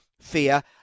fear